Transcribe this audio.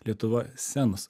lietuva senas